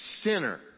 Sinner